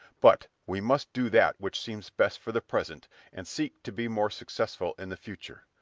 but we must do that which seems best for the present and seek to be more successful in the future.